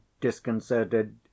disconcerted